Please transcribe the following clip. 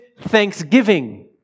thanksgiving